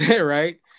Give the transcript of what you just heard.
Right